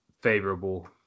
favorable